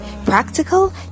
practical